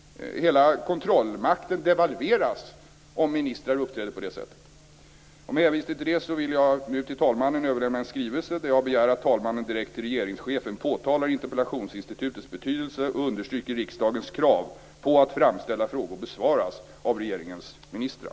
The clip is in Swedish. Hela kontrollmakten devalveras om ministrar uppträder på det sättet. Med hänvisning till detta vill jag nu till talmannen överlämna en skrivelse där jag begär att talmannen direkt till regeringschefen påtalar interpellationsinstitutets betydelse och understryker riksdagens krav på att framställda frågor besvaras av regeringens ministrar.